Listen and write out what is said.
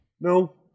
No